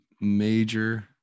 major